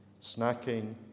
Snacking